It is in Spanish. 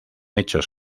hechos